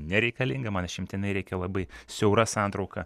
nereikalinga man išimtinai reikia labai siaura santrauka